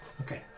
Okay